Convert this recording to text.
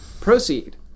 Proceed